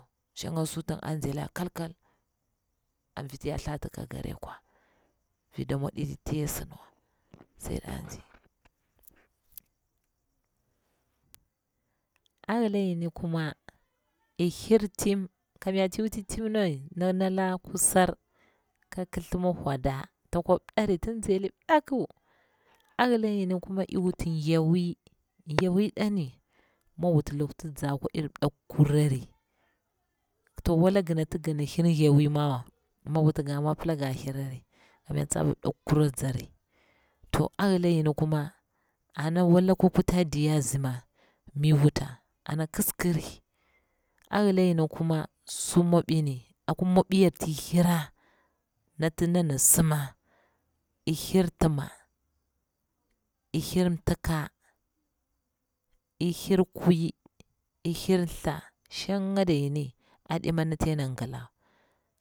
Shanga sutin an zai laya kalkal an vitiya thatu ka gare kwa vi damo di ti ya sindiwa sai danzi ayila yini kuma iy hir mti, kam nya ti wuti mti ni ndonala kusar ka kithimir wada takwap ɗɗari ting nzailip ɗɗaku, a hila yini kuma iy wuti thlewi, mthlewir migwuti loktibza kwa irip ɗɗakkurari, to walag ginati gana hir mthlawi mawa mig wuti ga mwa pila ga hirari, kamya tsaba ɗapkurir tzari, to a hila yini kuma ana wala akwa kutaɗi yaru a nzi ma mi wuta ana kiskiri. to a hila yini kuma ana wala kwakuta diyaa zima miwuta ana kiskiri. a hila yini kuma sum moɓini akwa mmoɓiyar na ti hira nati ndana sima, iyi hir tima iyi hir mtika iyi hir kwui, iyi hi thla, shanga da yini aɗema nati yanangilawa